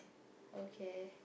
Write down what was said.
okay